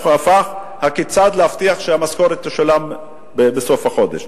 הפך להיות: כיצד להבטיח שהמשכורת תשולם בסוף החודש.